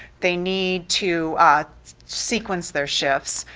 they need to sequence their shifts,